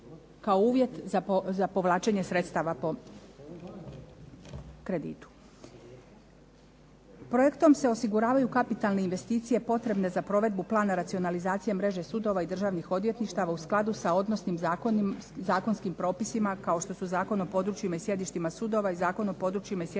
kao uvjet za povlačenje sredstava po kreditu. Projektom se osiguravaju kapitalne investicije potrebne za provedbu plana racionalizacije mreže sudova i državnih odvjetništava u skladu sa odnosnim zakonskim propisima kao što Zakon o područjima i sjedištima sudova i Zakon o područjima i sjedištima državnih